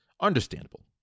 Understandable